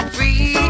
Free